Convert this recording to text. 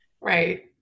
Right